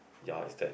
ya is that